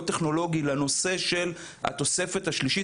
טכנולוגי לנושא של התוספת השלישית.